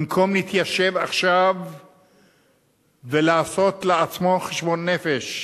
במקום להתיישב עכשיו ולעשות לעצמו חשבון נפש,